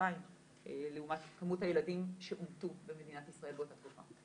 ילדים לעומת כמות הילדים שאומתו במדינת ישראל באותה תקופה.